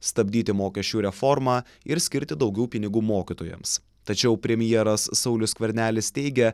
stabdyti mokesčių reformą ir skirti daugiau pinigų mokytojams tačiau premjeras saulius skvernelis teigia